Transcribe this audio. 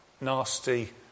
nasty